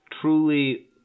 truly